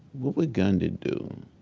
what would gandhi do?